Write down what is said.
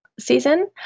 season